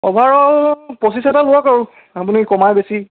over অল পঁচিছ এটা লওক আৰু আপুনি কমাই বেছি